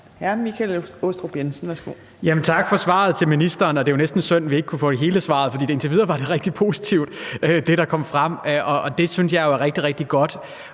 Tak for svaret til ministeren. Det er næsten synd, at vi ikke kunne få hele svaret, for indtil videre var det, der kom frem, rigtig